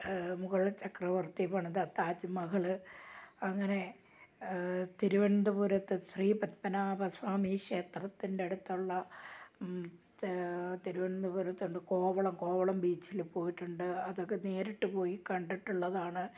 മുഗൾ ചക്രവർത്തി പണിത താജ്മഹൽ അങ്ങനെ തിരുവനന്തപുരത്ത് ശ്രീപദ്മനാഭസ്വാമി ക്ഷേത്രത്തിൻ്റെ അടുത്തുള്ള തിരുവനന്തപുരത്ത് ഉണ്ട് കോവളം കോവളം ബീച്ചിൽ പോയിട്ടുണ്ട് അതൊക്കെ നേരിട്ട് പോയി കണ്ടിട്ടുള്ളതാണ്